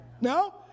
No